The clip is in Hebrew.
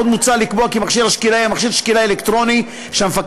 עוד מוצע לקבוע כי מכשיר השקילה יהיה מכשיר שקילה אלקטרוני שהמפקח